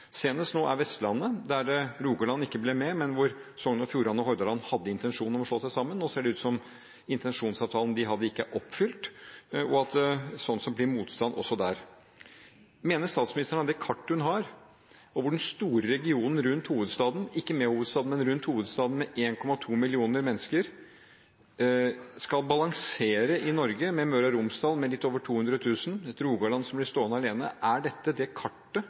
Senest nå er det på Vestlandet, der Rogaland ikke ble med, men hvor Sogn og Fjordane og Hordaland hadde intensjon om å slå seg sammen. Nå ser det ut som om intensjonsavtalen de hadde, ikke er oppfylt, og at det sånn sett blir motstand også der. Mener statsministeren at det kartet hun har, hvor den store regionen rundt hovedstaden – ikke med hovedstaden, men rundt hovedstaden – med 1,2 millioner mennesker skal balansere med Møre og Romsdal, med litt over 200 000, med et Rogaland som blir stående alene, er kartet for det